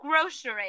grocery